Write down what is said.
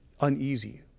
uneasy